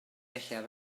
uchaf